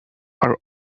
are